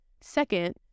Second